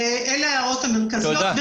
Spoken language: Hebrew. אלה ההערות המרכזיות.